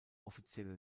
offizielle